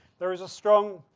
there is a strong,